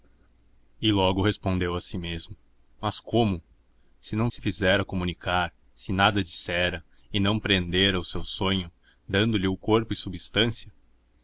e logo respondeu a si mesmo mas como se não se fizera comunicar se nada dissera e não prendera o seu sonho dando-lhe corpo e substância